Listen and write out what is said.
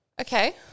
Okay